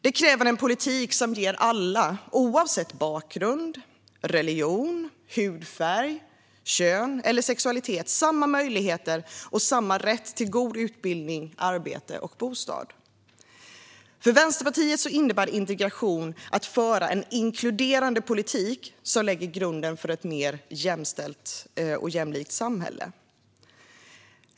Det kräver en politik som ger alla oavsett bakgrund, religion, hudfärg, kön eller sexualitet samma möjligheter och samma rätt till god utbildning, arbete och bostad. För Vänsterpartiet innebär integration att föra en inkluderande politik som lägger grunden för ett mer jämställt och jämlikt samhälle.